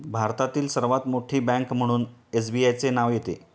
भारतातील सर्वात मोठी बँक म्हणून एसबीआयचे नाव येते